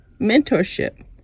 Mentorship